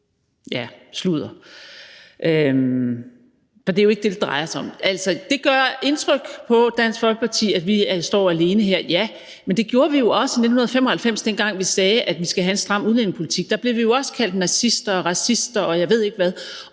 sludder! For det er jo ikke det, det drejer sig om. Altså, det gør indtryk på Dansk Folkeparti, at vi står alene her, ja, men det gjorde vi jo også i 1995, dengang vi sagde, at vi skulle have en stram udlændingepolitik – da blev vi jo også kaldet nazister og racister, og jeg ved ikke hvad.